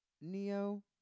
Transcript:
Neo